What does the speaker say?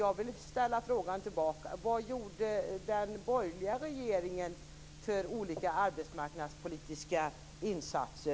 Jag vill ställa en fråga till honom. Vad gjorde den borgerliga regeringen för olika arbetsmarknadspolitiska insatser?